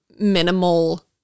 minimal